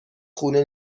خونه